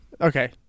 Okay